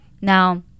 Now